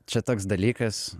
čia toks dalykas